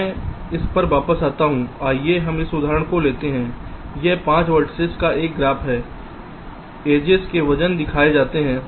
मैं इस पर वापस आता हूं आइए हम इस उदाहरण को लेते हैं यह 5 वेर्तिसेस के साथ एक ग्राफ है एड्जेस के वजन दिखाए जाते हैं